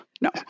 No